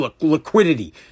liquidity